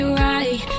right